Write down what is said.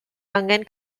angen